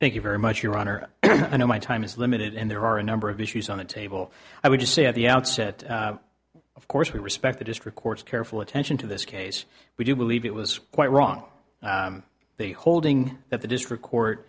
thank you very much your honor i know my time is limited and there are a number of issues on the table i would just say at the outset of course we respect the district court's careful attention to this case we do believe it was quite wrong the holding that the district court